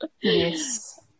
Yes